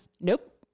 Nope